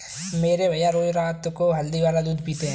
मेरे भैया रोज रात को हल्दी वाला दूध पीते हैं